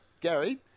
Gary